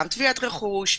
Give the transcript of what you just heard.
גם תביעת רכוש,